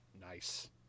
Nice